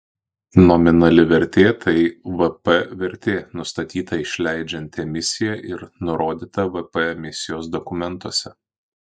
nominali vertė tai vp vertė nustatyta išleidžiant emisiją ir nurodyta vp emisijos dokumentuose